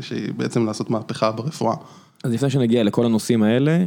שהיא בעצם לעשות מהפכה ברפואה. אז לפני שנגיע לכל הנושאים האלה...